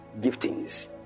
giftings